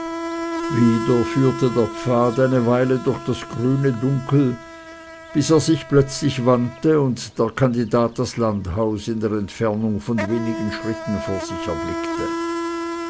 wieder führte der pfad eine weile durch das grüne dunkel bis er sich plötzlich wandte und der kandidat das landhaus in der entfernung von wenigen schritten vor sich erblickte